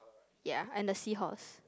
ya and the seahorse